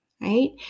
right